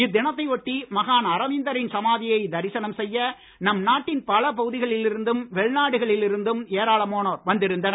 இத்தினத்தை ஒட்டி மகான் அரவிந்தரின் சமாதியை தரிசனம் செய்ய நம் நாட்டின் பல பகுதிகளில் இருந்தும் வெளிநாடுகளில் இருந்தும் எராளமானோர் வந்திருந்தனர்